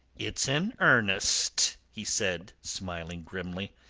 it's an earnest, he said, smiling grimly.